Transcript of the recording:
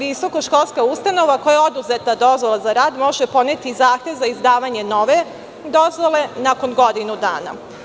Visokoškolska ustanova, kojoj je oduzeta dozvola za rad, može podneti zahtev za izdavanje nove dozvole nakon godinu dana.